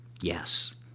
Yes